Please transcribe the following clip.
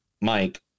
Mike